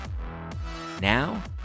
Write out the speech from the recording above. Now